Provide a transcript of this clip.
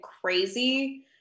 crazy